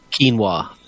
Quinoa